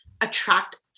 attract